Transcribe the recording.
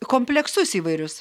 kompleksus įvairius